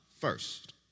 first